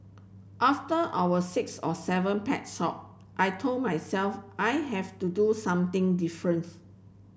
after our six or seven pet store I told myself I have to do something difference